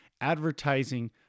advertising